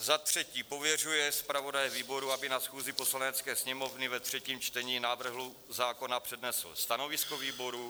Za třetí pověřuje zpravodaje výboru, aby na schůzi Poslanecké sněmovny ve třetím čtení návrhu zákona přednesl stanovisko výboru.